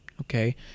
okay